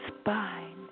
spine